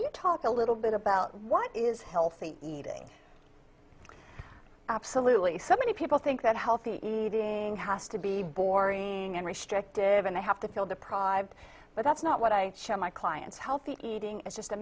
you talk a little bit about what is healthy eating absolutely so many people think that healthy eating has to be boring and restrictive and they have to feel deprived but that's not what i show my clients healthy eating is just a